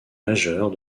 majeures